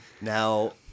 Now